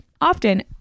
Often